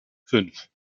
fünf